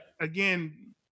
again